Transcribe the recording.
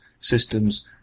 systems